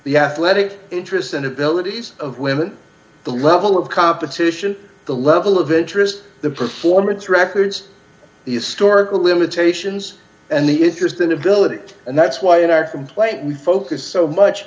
the athletic interests and abilities of women the level of competition the level of interest the performance records is stork limitations and the interest in ability and that's why in our complaint we focus so much